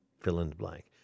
fill-in-the-blank